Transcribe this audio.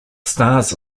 stars